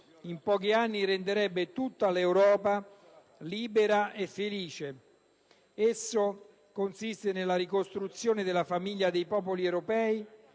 in pochi anni renderebbe tutta l'Europa libera e felice. Esso consiste nella ricostruzione della famiglia dei popoli europei,